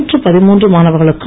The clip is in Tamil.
நூற்று பதிமூன்று மாணவர்களுக்கும்